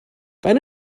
faint